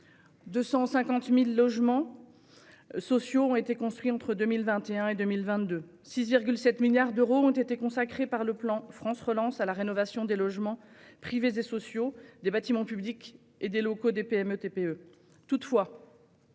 250 000 logements sociaux ont été construits entre 2021 et 2022 ; enfin, 6,7 milliards d'euros ont été consacrés par le plan France Relance à la rénovation des logements privés et sociaux, des bâtiments publics et des locaux des PME-TPE.